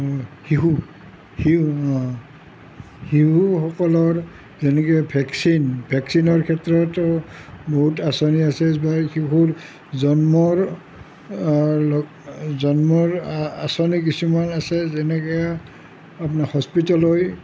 শিশু শিশু শিশুসকলৰ তেনেকৈ ভেকচিন ভেকচিনৰ ক্ষেত্ৰতো বহুত আঁচনি আছে বা শিশুৰ জন্মৰ জন্মৰ আ আঁচনি কিছুমান আছে যেনেকৈ আপোনাৰ হস্পিটেললৈ